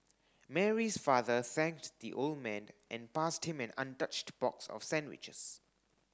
Mary's father thanked the old man and passed him an untouched box of sandwiches